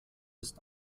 ist